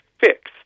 fixed